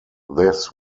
this